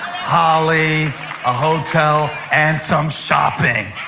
ah a ah hotel, and some shopping.